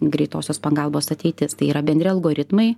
greitosios pagalbos ateitis tai yra bendri algoritmai